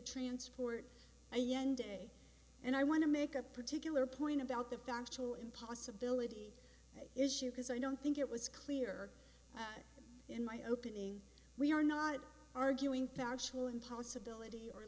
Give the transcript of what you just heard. transport a young day and i want to make a particular point about the factual impossibility issue because i don't think it was clear in my opening we are not arguing factual in possibility or